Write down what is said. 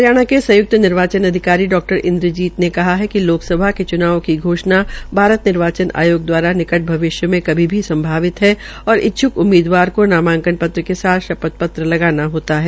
हरियाणा के संयुक्त निर्वाचन अधिककारी डॉ इंद्रजीत ने कहा है कि लोकसभा के च्नाव की घोषणा भारत निवार्चन आयोग दवारा निकट भविष्य में कभी भी संभावित है और इच्छुक उम्मीदवार का नामांकन पत्र के साथ शपथ पत्र लगाना होता है